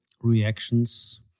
reactions